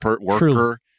worker